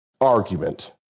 argument